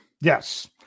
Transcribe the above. Yes